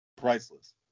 Priceless